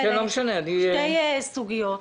שתי סוגיות.